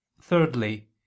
Thirdly